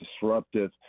disruptive